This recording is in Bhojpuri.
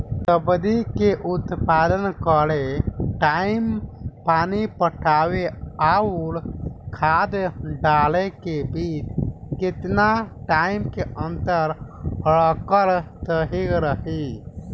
सब्जी के उत्पादन करे टाइम पानी पटावे आउर खाद डाले के बीच केतना टाइम के अंतर रखल सही रही?